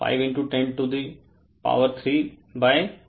5 103 R2 15 होगा